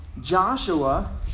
Joshua